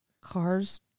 Cars